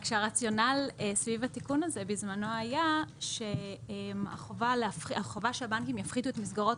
רק שהרציונל סביב התיקון הזה היה בזמנו שהחובה שהבנקים יפחיתו את מסגרות